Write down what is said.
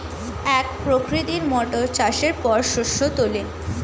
এক প্রকৃতির মোটর চাষের পর শস্য তোলে